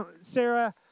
Sarah